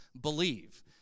believe